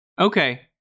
Okay